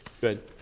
Good